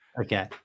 Okay